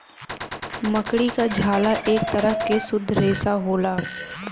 मकड़ी क झाला एक तरह के शुद्ध रेसा होला